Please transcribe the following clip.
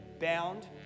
bound